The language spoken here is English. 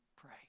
pray